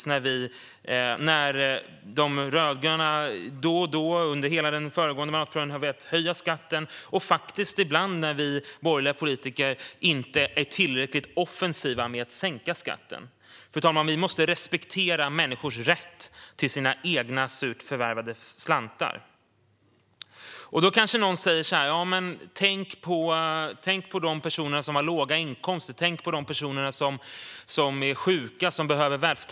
Så har det varit när de rödgröna då och då under hela den föregående mandatperioden har velat höja skatten och, faktiskt, ibland också när vi borgerliga politiker inte är tillräckligt offensiva med att sänka skatten. Fru talman! Vi måste respektera människors rätt till sina egna surt förvärvade slantar. Då kanske någon säger: Men tänk på de personer som har låga inkomster! Tänk på de personer som är sjuka och behöver ta del av välfärden!